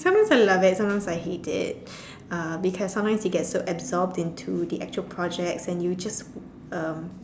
sometimes I love it sometimes I hate it uh because sometimes you get so absorbed into the actual projects and you just uh